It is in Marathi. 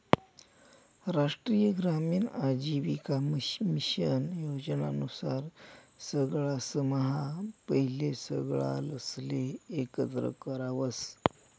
राष्ट्रीय ग्रामीण आजीविका मिशन योजना नुसार सगळासम्हा पहिले सगळासले एकत्र करावस